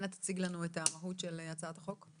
אנא תציג לנו את המהות של הצעת החוק.